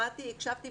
הקשבתי לך.